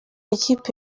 ikipe